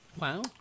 Wow